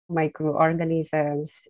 microorganisms